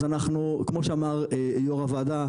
אז כמו שאמר יו"ר הוועדה,